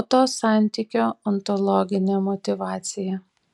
o to santykio ontologinė motyvacija